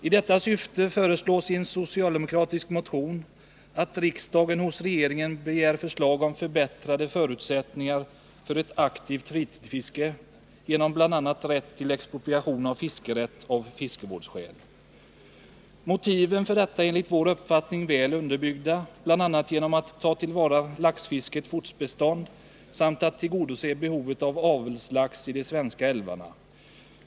I detta syfte föreslås i en socialdemokratisk motion att riksdagen hos regeringen begär förslag om förbättrade förutsättningar för ett aktivt fritidsfiske genom bl.a. rätt till expropriation av fiskerätt av fiskevårdsskäl. Motiven för detta är enligt vår uppfattning väl underbyggda. Bl. a. är det viktigt att ta till vara laxfiskets möjligheter till fortbestånd samt att tillgodose behovet av avelslax i de svenska älvarna.